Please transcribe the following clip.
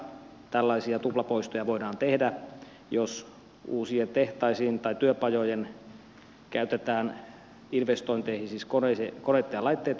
tällaisia tuplapoistoja voidaan tehdä jos uusiin tehtaisiin tai työpajoihin käytetään investointeihin siis koneitten ja laitteitten investointeihin rahaa